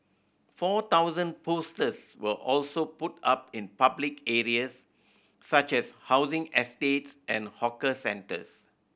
four thousand posters were also put up in public areas such as housing estates and hawker centres